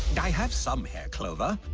i? had some hair clover